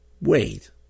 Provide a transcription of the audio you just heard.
Wait